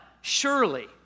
surely